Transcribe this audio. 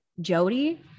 Jody